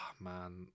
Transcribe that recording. man